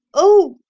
oh,